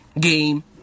game